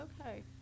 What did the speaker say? okay